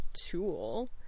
tool